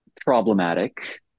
problematic